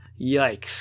Yikes